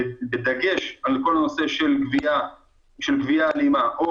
בדגש על כל הנושא של גבייה אלימה או